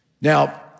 Now